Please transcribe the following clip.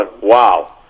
wow